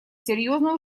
серьезный